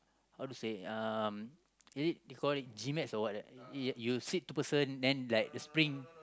how to say um is it they call it G-Max or what that you sit two person then like spring